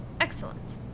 Excellent